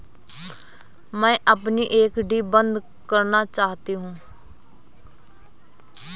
मैं अपनी एफ.डी बंद करना चाहती हूँ